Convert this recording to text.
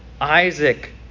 Isaac